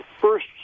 first